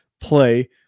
play